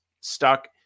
stuck